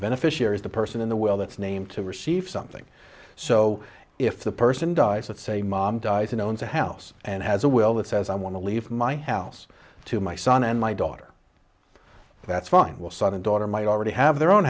beneficiary is the person in the will that's named to receive something so if the person dies at say mom dies and owns a house and has a will that says i want to leave my house to my son and my daughter that's fine we'll sudden daughter might already have their own